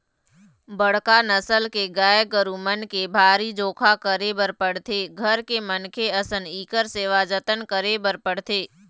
बड़का नसल के गाय गरू मन के भारी जोखा करे बर पड़थे, घर के मनखे असन इखर सेवा जतन करे बर पड़थे